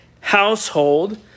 household